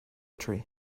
tree